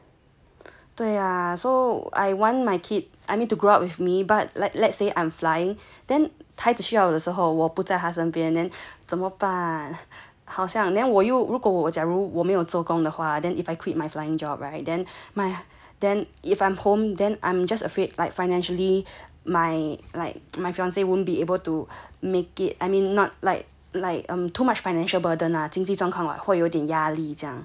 对呀 so I want my kid I mean to grow up with me but like let's say I'm flying then 孩子需要我的时候我不再他身边怎么办好像 then 我又如果我假如我没有做工的话 then if I quit my flying job right then my then if I'm home then I'm just afraid like financially my like my fiance won't be able to make it I mean not like like um too much financial burden lah 经济状况会有点压力这样